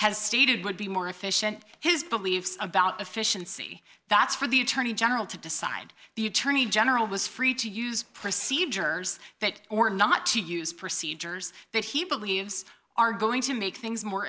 has stated would be more efficient his believes about efficiency that's for the attorney general to decide the attorney general was free to use procedures that or not to use procedures that he believes are going to make things more